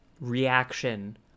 reaction